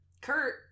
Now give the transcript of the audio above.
Kurt